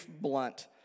blunt